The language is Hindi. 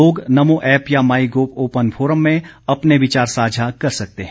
लोग नमो ऐप या माई गोव ओपन फोरम में अपने विचार साझा कर सकते हैं